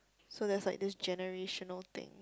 so there's like this generational thing